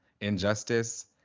Injustice